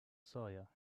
sawyer